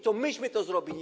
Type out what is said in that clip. To myśmy to zrobili.